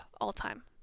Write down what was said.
all-time